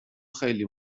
خیلی